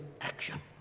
action